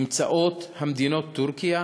נמצאות המדינות טורקיה,